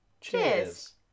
Cheers